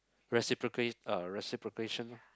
reciproc~ uh reciprocation loh